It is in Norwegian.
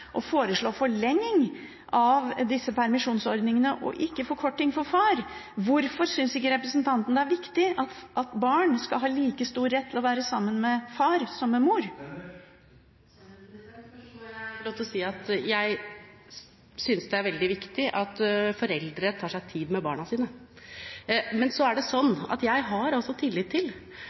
å foreslå forlenging av disse permisjonsordningene og ikke forkorting for far. Hvorfor synes ikke representanten Tønder det er viktig at barn skal ha like stor rett til å være sammen med far som med mor? Først må jeg få lov til å si at jeg synes det er veldig viktig at foreldre tar seg tid med barna sine. Så er det sånn at jeg altså har tillit til